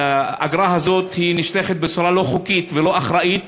האגרה הזאת נשלחת בצורה לא חוקית ולא אחראית,